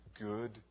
good